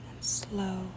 slow